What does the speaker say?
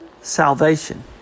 salvation